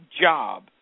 job